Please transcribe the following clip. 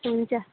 हुन्छ